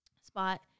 Spot